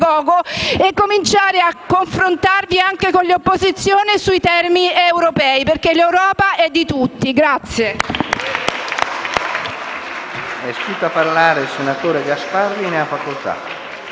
a cominciare a confrontarvi anche con le opposizioni sui temi europei, perché l'Europa è di tutti.